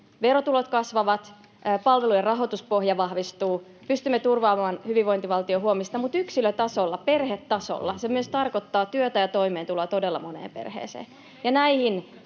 verotulot kasvavat, palvelujen rahoituspohja vahvistuu, pystymme turvaamaan hyvinvointivaltion huomista, mutta yksilötasolla, perhetasolla, se myös tarkoittaa työtä ja toimeentuloa todella moneen perheeseen,